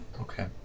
Okay